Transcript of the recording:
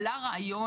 המבצע,